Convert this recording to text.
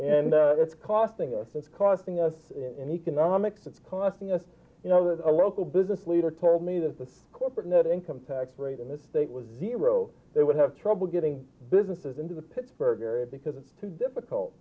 and it's costing us it's costing us in economics it's costing us you know the local business leader told me that the corporate net income tax rate in this state was zero they would have trouble getting businesses into the pittsburgh area because it's too difficult